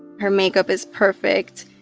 her makeup is perfect.